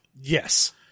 Yes